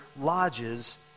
lodges